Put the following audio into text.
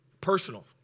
personal